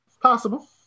possible